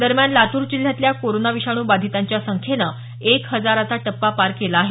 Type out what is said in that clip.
दरम्यान लातूर जिल्ह्यातल्या कोरोना विषाणू बाधितांच्या संख्येनं एक हजाराचा टप्पा पार केला आहे